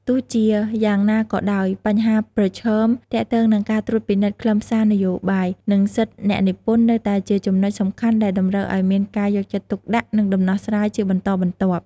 ទោះជាយ៉ាងណាក៏ដោយ បញ្ហាប្រឈមទាក់ទងនឹងការត្រួតពិនិត្យខ្លឹមសារនយោបាយ និងសិទ្ធិអ្នកនិពន្ធនៅតែជាចំណុចសំខាន់ដែលតម្រូវឱ្យមានការយកចិត្តទុកដាក់ និងដំណោះស្រាយជាបន្តបន្ទាប់។